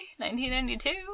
1992